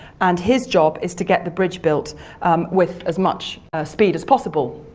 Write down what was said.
and his job is to get the bridge built with as much speed as possible.